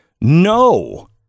No